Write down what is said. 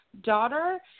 daughter